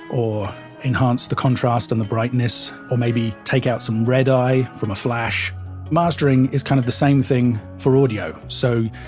or enhance the contrast and the brightness, or maybe take out some red eye from a flash mastering is kind of the same thing for audio. so,